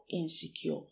insecure